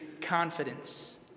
confidence